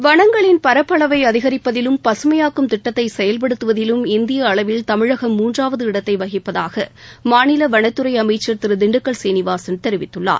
வனங்களின் பரப்பளவை அதிகரிப்பதிலும் பகமையாக்கும் திட்டத்தை செயல்படுத்துவதிலும் இந்திய அளவில் தமிழகம் மூன்றாவது இடத்தை வகிப்பதாக மாநில வனத்துறை அமைச்சா் திரு திண்டுக்கல் சீனிவாசன் தெரிவித்துள்ளார்